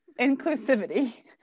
inclusivity